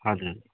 हजुर